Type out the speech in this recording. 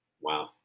wow